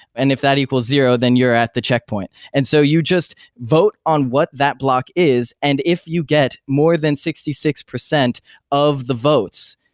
and if that equals zero, then you're at the checkpoint. and so you just vote on what that block is, and if you get more than sixty six percent of the votes,